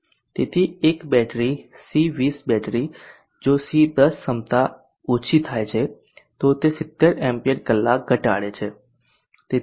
તેથી એક બેટરી એક C20 બેટરી જો C10 ક્ષમતા ઓછી થાય છે તો તે 70 એમ્પીયર કલાક ઘટાડે છે